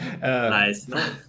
Nice